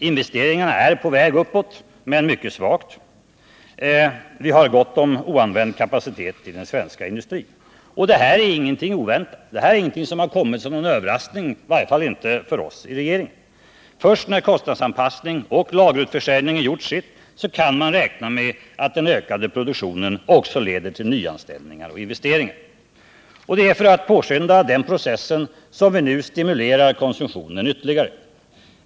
Investeringarna är på väg uppåt, men mycket svagt. Vi har gott om oanvänd kapacitet i den svenska industrin. Och detta är ingenting oväntat. Det är ingenting som har kommit som någon överraskning, i varje fall inte för oss i regeringen. Först när kostnadsanpassning och lagerutförsäljning har gjort sitt kan man räkna med att den ökade produktionen också leder till nyanställningar och investeringar. Det är för att påskynda den processen som vi nu stimulerar konsumtionen ytterligare.